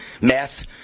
Meth